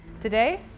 Today